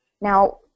Now